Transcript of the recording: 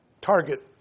target